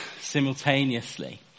simultaneously